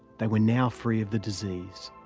they were now free of the disease.